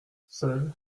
seuls